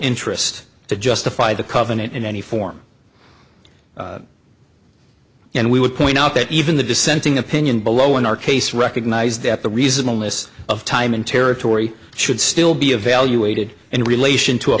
interest to justify the covenant in any form and we would point out that even the dissenting opinion below in our case recognized that the reason illness of time and territory should still be evaluated in relation to